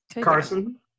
carson